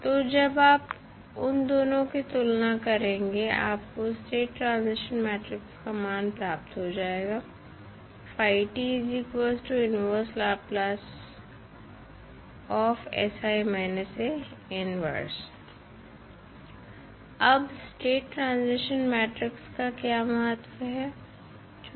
तो जब आप उन दोनों की तुलना करेंगे आपको स्टेट ट्रांजिशन मैट्रिक्स का मान प्राप्त हो जाएगा अब स्टेट ट्रांजिशन मैट्रिक्स का का क्या महत्व है